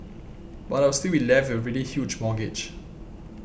but I would still be left with a really huge mortgage